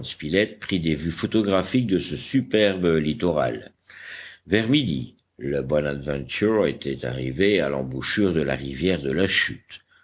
prit des vues photographiques de ce superbe littoral vers midi le bonadventure était arrivé à l'embouchure de la rivière de la chute